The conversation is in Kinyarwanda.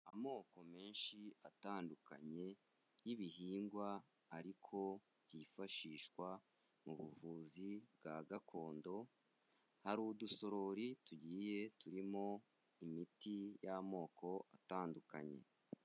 Amoko menshi atandukanye y'ibihingwa ariko byifashishwa mu buvuzi bwa gakondo, hari udusorori tugiye turimo imiti y'amoko atandukanye.